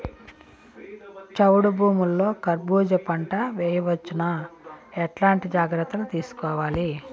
చౌడు భూముల్లో కర్బూజ పంట వేయవచ్చు నా? ఎట్లాంటి జాగ్రత్తలు తీసుకోవాలి?